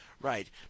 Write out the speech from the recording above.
right